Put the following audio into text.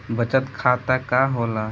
बचत खाता का होला?